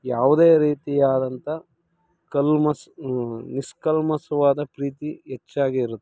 ಯಾವುದೇ ರೀತಿಯಾದಂಥ ಕಲ್ಮಶ ನಿಶ್ಕಲ್ಮಶವಾದ ಪ್ರೀತಿ ಹೆಚ್ಚಾಗಿ ಇರುತ್ತದೆ